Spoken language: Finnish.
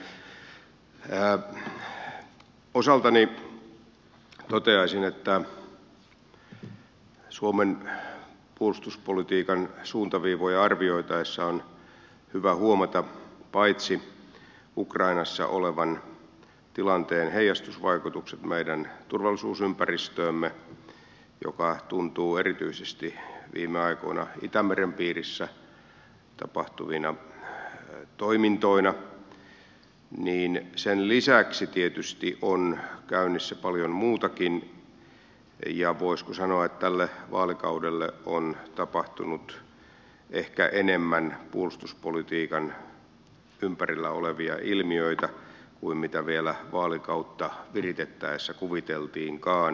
osaltani toteaisin että suomen puolustuspolitiikan suuntaviivoja arvioitaessa on hyvä huomata paitsi ukrainassa olevan tilanteen heijastusvaikutukset meidän turvallisuusympäristöömme jotka tuntuvat erityisesti viime aikoina itämeren piirissä tapahtuvina toimintoina myös sen lisäksi se että tietysti on käynnissä paljon muutakin ja voisi sanoa että tälle vaalikaudelle on tapahtunut ehkä enemmän puolustuspolitiikan ympärillä olevia ilmiöitä kuin mitä vielä vaalikautta viritettäessä kuviteltiinkaan